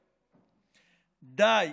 די,